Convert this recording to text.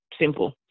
Simple